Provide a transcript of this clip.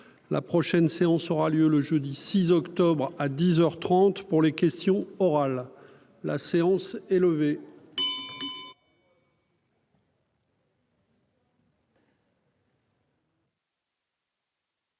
la prochaine séance aura lieu le jeudi 6 octobre à 10 heures 30 pour les questions orales, la séance est levée.